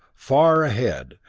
far ahead,